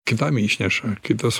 kitam išneša kitas